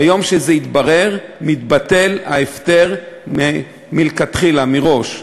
ביום שזה יתברר, מתבטל ההפטר מלכתחילה, מראש.